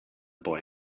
boy